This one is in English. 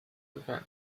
event